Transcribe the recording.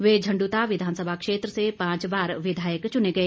वे झंडुता विधानसभा क्षेत्र से पांच बार विधायक चुने गए